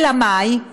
אלא מאי?